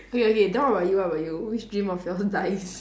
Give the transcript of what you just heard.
okay okay then what about you what about you which dream of yours dies